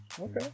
Okay